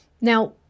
Now